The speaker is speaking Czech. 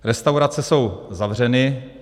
Restaurace jsou zavřeny.